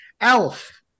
Elf